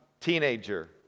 teenager